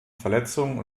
verletzungen